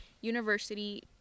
university